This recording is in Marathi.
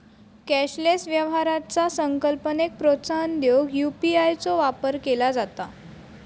कॅशलेस व्यवहाराचा संकल्पनेक प्रोत्साहन देऊक यू.पी.आय चो वापर केला जाता